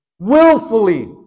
willfully